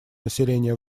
населения